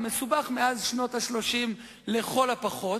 המסובך ביותר מאז שנות ה-30 לכל הפחות.